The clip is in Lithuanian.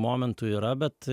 momentų yra bet